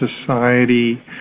society